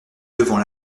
devant